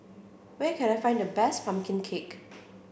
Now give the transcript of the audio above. where can I find the best Pumpkin Cake